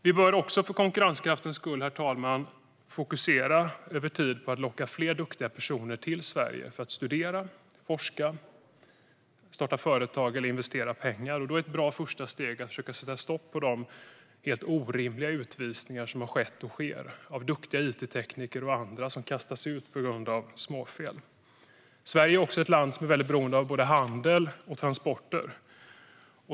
Vi bör också för konkurrenskraftens skull, herr talman, över tid fokusera på att locka fler duktiga personer till Sverige för att studera, forska, starta företag eller investera pengar. Ett bra första steg är att försöka sätta stopp för de helt orimliga utvisningar av duktiga it-tekniker och andra som har skett och som sker; de kastas ut på grund av småfel. Sverige är också ett land som är väldigt beroende av både handel och transporter.